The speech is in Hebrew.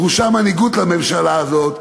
דרושה מנהיגות לממשלה הזאת,